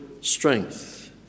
strength